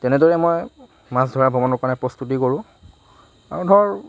তেনেদৰে মই মাছ ধৰা ভ্ৰমণৰ কাৰণে প্ৰস্তুতি কৰোঁ আৰু ধৰ